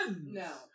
No